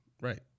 Right